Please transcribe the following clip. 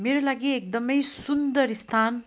मेरो लागि एकदमै सुन्दर स्थान